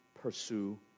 pursue